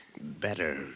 Better